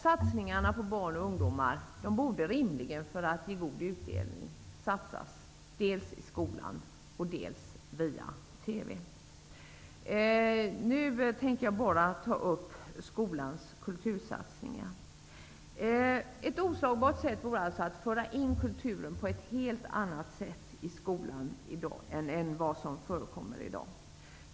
Satsningar på barn och ungdomar borde för att ge god utdelning rimligen göras dels i skolan, dels via TV. Jag tänker här bara ta upp skolans kultursatsningar. Ett oslagbart sätt vore att i framtiden föra in kulturen på ett helt annat sätt i skolan än vad som sker i dag.